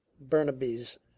Burnaby's